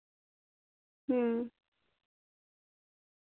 ᱦᱮᱸ